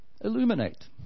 Illuminate